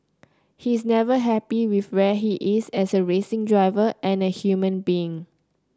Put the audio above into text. he is never happy with where he is as a racing driver and a human being